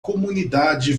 comunidade